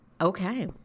Okay